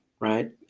right